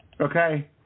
okay